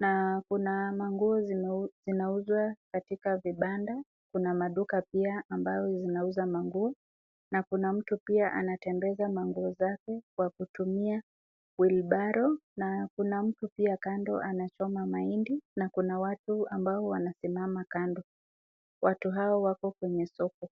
na kuna manguo zinauzwa katika vibanda. Kuna maduka pia ambayo zinauza manguo na kuna mtu pia anatembeza manguo zake kwa kutumia (cs)wilbaro(cs) na kuna mtu pia kando anachoma mahindi na kuna watu ambao wanasimama kando ,watu hao wako kwenye soko.